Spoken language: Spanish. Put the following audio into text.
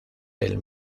del